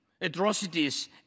atrocities